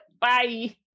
Bye